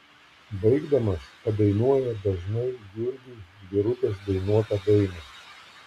baigdamas padainuoja dažnai jurgiui birutės dainuotą dainą